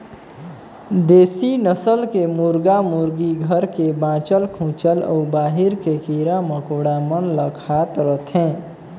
देसी नसल के मुरगा मुरगी घर के बाँचल खूंचल अउ बाहिर के कीरा मकोड़ा मन ल खात रथे